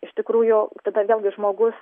iš tikrųjų tada vėlgi žmogus